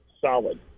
solid